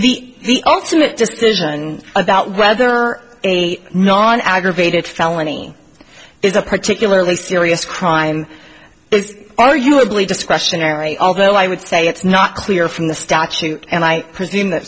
honor the ultimate decision about whether or not an aggravated felony is a particularly serious crime is arguably discretionary although i would say it's not clear from the statute and i presume th